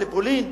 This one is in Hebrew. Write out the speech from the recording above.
לפולין?